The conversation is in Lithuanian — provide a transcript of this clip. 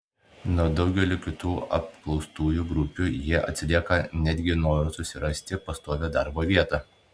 nuo daugelių kitų apklaustųjų grupių jie atsilieka netgi noru susirasti pastovią darbo vietą